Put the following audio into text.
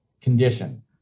condition